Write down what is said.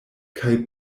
kaj